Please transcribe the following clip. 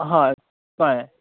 हय कळ्ळें